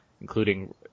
including